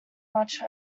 much